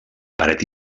paret